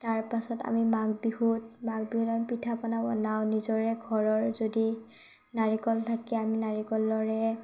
তাৰ পাছত আমি মাঘ বিহুত মাঘ বিহুত আমি পিঠা পনা বনাওঁ নিজৰে ঘৰৰ যদি নাৰিকল থাকে আমি নাৰিকলেৰে